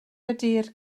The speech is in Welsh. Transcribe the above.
ydy